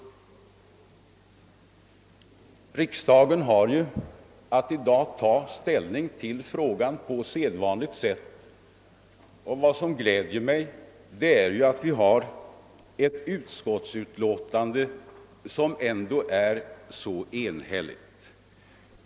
Riksdagen har att i dag på sedvanligt sätt ta ställning till frågan. Det gläder mig att utskottsutlåtandet i så hög grad är enhälligt.